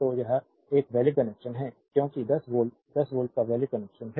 तो यह एक वैलिड कनेक्शन है क्योंकि 10 वोल्ट 10 वोल्ट का वैलिड कनेक्शन है